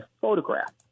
photograph